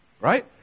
Right